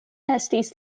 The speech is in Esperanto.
estis